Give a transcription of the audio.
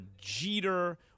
Jeter